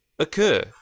occur